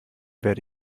werde